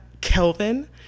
Kelvin